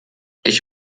ich